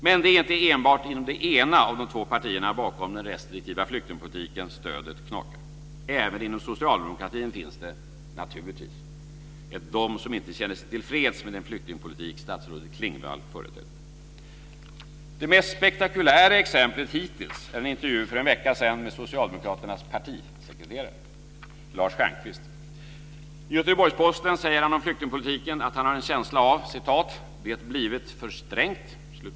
Men det är inte enbart inom det ena av de två partierna bakom den restriktiva flyktingpolitiken som stödet knakar. Även inom socialdemokratin finns det naturligtvis de som inte känner sig tillfreds med den flyktingpolitik som statsrådet Klingvall företräder. Det mest spektakulära exemplet hittills är en intervju för en vecka sedan med Socialdemokraternas partisekreterare Lars Stjernkvist. I Göteborgs-Posten säger han om flyktingpolitiken att han har en känsla av att "det blivit för strängt".